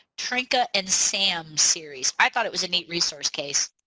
trinka and sam series. i thought it was a neat resource casey.